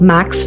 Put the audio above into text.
Max